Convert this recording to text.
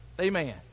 amen